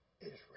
Israel